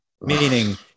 Meaning